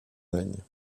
règne